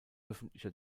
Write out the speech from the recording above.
öffentlicher